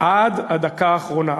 עד הדקה האחרונה,